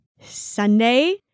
Sunday